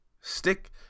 Stick